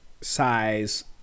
size